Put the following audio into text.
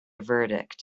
verdict